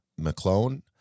McClone